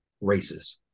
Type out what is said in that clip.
races